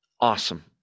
awesome